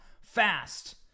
fast